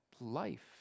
life